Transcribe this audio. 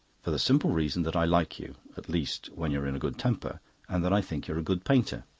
for the simple reasons that i like you at least, when you're in a good temper and that i think you're a good painter.